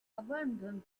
abandoned